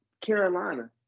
Carolina